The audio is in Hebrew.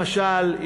למשל,